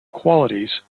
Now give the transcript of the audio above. qualities